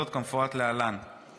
משפחות חיילים שנספו במערכה (תגמולים ושיקום)